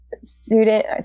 student